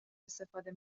استفاده